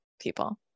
people